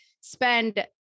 spend